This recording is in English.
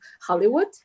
Hollywood